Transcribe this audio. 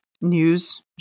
news